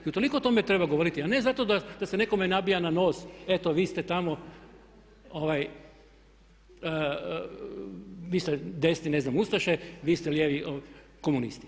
I utoliko o tome treba govoriti, a ne zato da se nekome nabija na nos eto vi ste tamo, vi ste desni ne znam ustaše, vi ste lijevi komunisti.